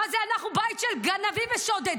מה זה, אנחנו בית של גנבים ושודדים?